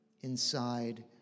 inside